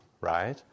right